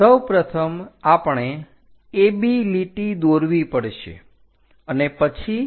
સૌપ્રથમ આપણે AB લીટી દોરવી પડશે અને પછી CC